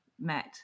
met